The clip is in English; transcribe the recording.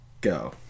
Go